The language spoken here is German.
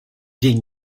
den